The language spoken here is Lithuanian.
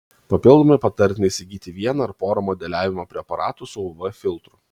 papildomai patartina įsigyti vieną ar porą modeliavimo preparatų su uv filtru